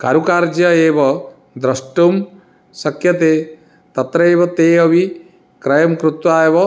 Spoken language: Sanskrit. करुकार्जिया एव द्रष्टुं शक्यते तत्रैव ते अपि क्रयं कृत्वा एव